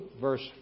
verse